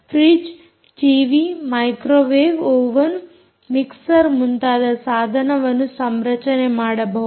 fridge TV microwave oven mixer ಮುಂತಾದ ಸಾಧನವನ್ನು ಸಂರಚನೆ ಮಾಡಬಹುದು